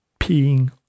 peeing